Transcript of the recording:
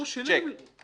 לא, הוא שילם לי.